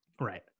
right